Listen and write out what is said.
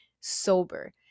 sober